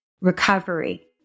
recovery